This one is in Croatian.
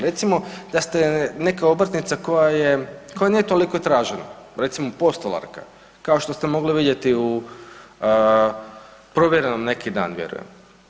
Recimo, da ste neka obrtnica je koja je, koja nije toliko tražena, recimo postolarka, kao što ste mogli vidjeti u Provjerenom neki dan, vjerujem.